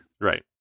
right